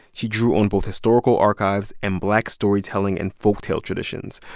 she drew on both historical archives and black storytelling and folktale traditions.